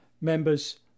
members